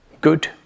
good